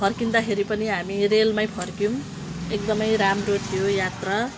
फर्किँदाखेरि पनि हामी रेलमै फर्कियौँ एकदमै राम्रो थियो यात्रा